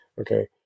Okay